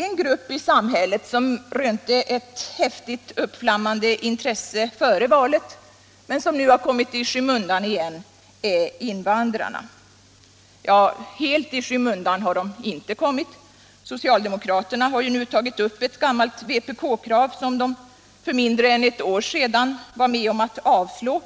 En grupp i samhället som rönte ett häftigt uppflammande intresse före valet men som nu har kommit i skymundan igen är invandrarna. Ja, helt i skymundan har de inte kommit. Socialdemokraterna har nu tagit upp ett gammalt vpk-krav som de för mindre än ett år sedan var med om att avslå,